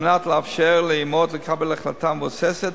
כדי לאפשר לאמהות לקבל החלטה המבוססת